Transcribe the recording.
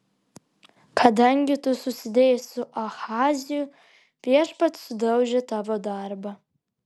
kadangi tu susidėjai su ahaziju viešpats sudaužė tavo darbą